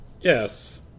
Yes